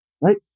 right